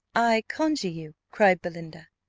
i conjure you, cried belinda,